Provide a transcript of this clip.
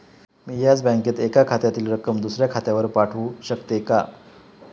मी याच बँकेत एका खात्यातील रक्कम दुसऱ्या खात्यावर पाठवू शकते का?